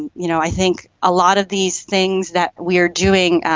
you know i think a lot of these things that we are doing,